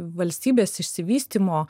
valstybės išsivystymo